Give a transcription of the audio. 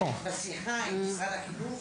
שבשיחה עם משרד החינוך,